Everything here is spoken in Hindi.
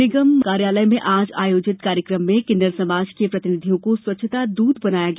निगम कार्यालय में आज आयोजित कार्यक्रम में किन्नर समाज के प्रतिनिधियों को स्वच्छता दूत बनाया गया